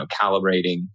calibrating